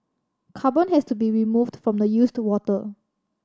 carbon has to be removed from the used water